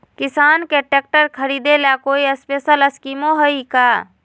किसान के ट्रैक्टर खरीदे ला कोई स्पेशल स्कीमो हइ का?